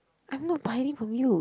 I'm not from you